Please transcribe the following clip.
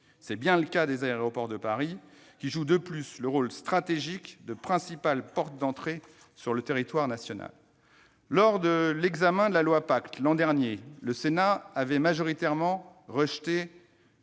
C'est bien le cas d'Aéroports de Paris, qui joue de plus le rôle stratégique de principale porte d'entrée sur le territoire national. L'an dernier, lors de l'examen de la loi Pacte, le Sénat avait majoritairement rejeté